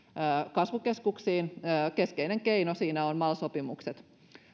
kasvukeskuksiin niin keskeinen keino siinä ovat mal sopimukset